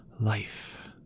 life